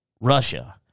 Russia